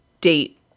date